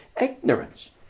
ignorance